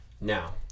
Now